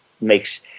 makes